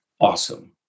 Awesome